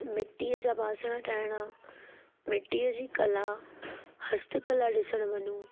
मिटीअ जा बासण ठाहिणा मिटीअ जी कला हस्तकला ॾिसणु वञू